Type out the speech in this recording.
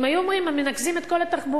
אם היו אומרים: מנקזים את כל התחבורה,